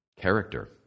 character